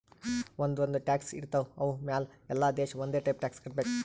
ಒಂದ್ ಒಂದ್ ಟ್ಯಾಕ್ಸ್ ಇರ್ತಾವ್ ಅವು ಮ್ಯಾಲ ಎಲ್ಲಾ ದೇಶ ಒಂದೆ ಟೈಪ್ ಟ್ಯಾಕ್ಸ್ ಕಟ್ಟಬೇಕ್